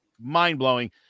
mind-blowing